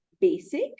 basic